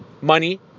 money